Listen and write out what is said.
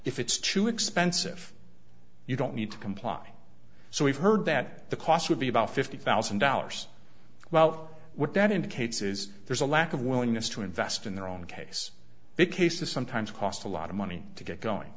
if it's too expensive you don't need to comply so we've heard that the cost would be about fifty thousand dollars well what that indicates is there's a lack of willingness to invest in their own case big cases sometimes cost a lot of money to get going